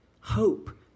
Hope